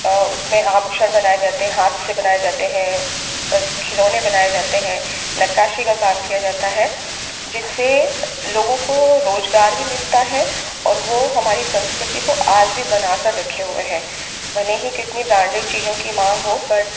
और उसमें आभूषण बनाए जाते हैं हाथ से बनाए जाते हैं और खिलौने बनाए जाते हैं नक्काशी का काम किया जाता है जिससे लोगों को रोज़गार भी मिलता है और वह हमारे संस्कृति को आज भी बना कर रखे हुए हैं भले ही कितनी ब्रांडेड चीज़ों की मांग न हो बट